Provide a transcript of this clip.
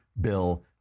bill